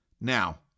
Now